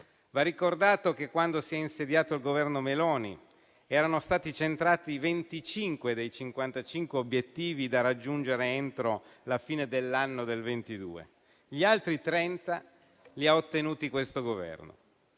Va ricordato che, quando si è insediato il Governo Meloni, erano stati centrati 25 dei 55 obiettivi da raggiungere entro la fine dell'anno del 2022; gli altri 30 li ha ottenuti questo Governo.